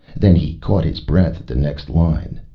then he caught his breath at the next line.